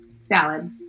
Salad